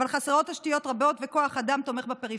אבל חסרות תשתיות רבות וכוח אדם תומך בפריפריה.